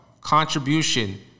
contribution